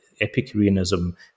Epicureanism